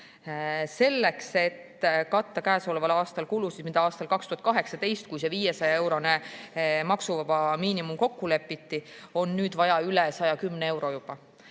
Selleks, et katta käesoleval aastal kulusid, mis olid aastal 2018, kui see 500-eurone maksuvaba miinimum kokku lepiti, on nüüd vaja juba üle 110 euro.